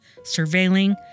surveilling